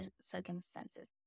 circumstances